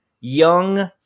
young